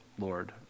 Lord